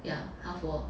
ya half wall